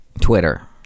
Twitter